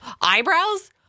eyebrows